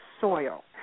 soil